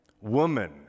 Woman